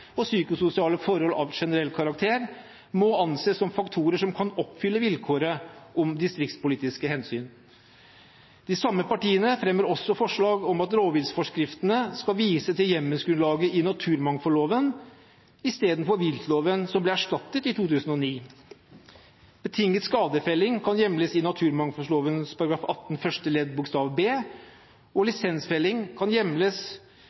og psykososiale forhold av generell karakter må anses som faktorer som kan oppfylle vilkåret om distriktspolitiske hensyn. De samme partiene fremmer også forslag om at rovviltforskriftene skal vise til hjemmelsgrunnlaget i naturmangfoldloven istedenfor viltloven som ble erstattet i 2009. Betinget skadefelling kan hjemles i naturmangfoldloven § 18 første ledd bokstav b, og lisensfelling kan hjemles